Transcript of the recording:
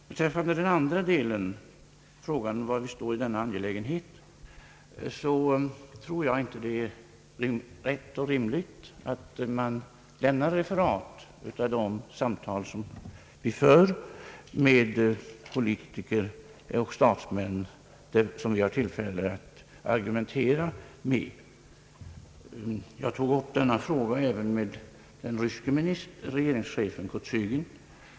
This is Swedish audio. Beträffande den andra delen — frågan var vi står i denna angelägenhet — så tror jag inte att det är rätt och rimligt att man lämnar referat av samtal som vi för med politiker och statsmän som vi har tillfälle att argumentera med. Jag tog upp denna fråga även med den ryske regeringschefen Kosygin.